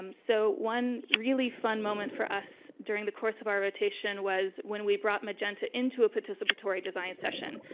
um so one really fun moment for us during the course of our rotation was when we brought magenta into a participatory design session.